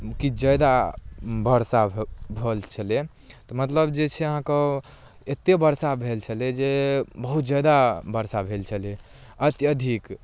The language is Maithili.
किछु जादा बर्षा भऽ भेल छलैए तऽ मतलब जे छै अहाँ कऽ एतेक बर्षा भेल छलै जे बहुत जादा बर्षा भेल छलै अत्यधिक